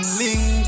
link